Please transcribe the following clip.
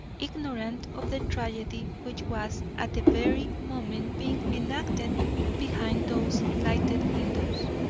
ignorant of the tragedy which was at that very moment being enacted behind those lighted windows.